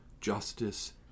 justice